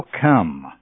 come